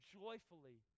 joyfully